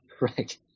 right